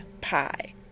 pie